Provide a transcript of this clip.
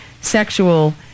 sexual